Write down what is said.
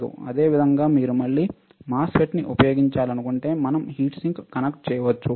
అదేవిధంగా మీరు మళ్ళీ MOSFET ని ఉపయోగించాలనుకుంటే మనం హీట్ సింక్ కనెక్ట్ చేయవచ్చు